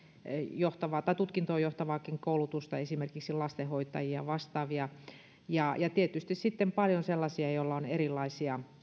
johtavaa tai tutkintoon johtavaakin koulutusta esimerkiksi lastenhoitajia ja vastaavia ja tietysti sitten paljon sellaisia joilla on erilaisia